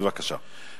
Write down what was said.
בבקשה.